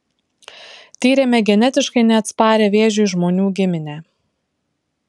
tyrėme genetiškai neatsparią vėžiui žmonių giminę